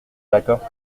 l’accord